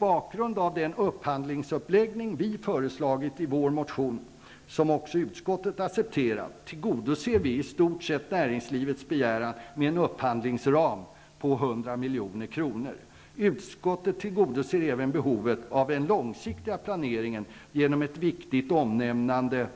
Med den upphandlingsuppläggning som vi har föreslagit i vår motion, som även utskottet har accepterat, tillgodoser vi i stort sett näringslivets begäran om en upphandlingsram på 100 milj.kr. Utskottet tillgodoser även behovet av den långsiktiga planeringen genom ett viktigt omnämnande: